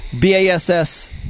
BASS